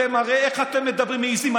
הרי איך אתם מדברים, מעיזים?